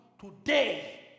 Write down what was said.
today